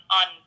on